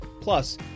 plus